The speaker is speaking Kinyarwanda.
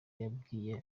yabwiye